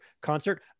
concert